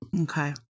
Okay